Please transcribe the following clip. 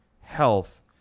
health